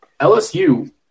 LSU